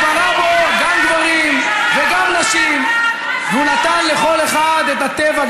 שהוא ברא בו גם גברים וגם נשים והוא נתן לכל אחד את הטבע,